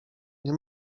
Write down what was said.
nie